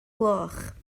gloch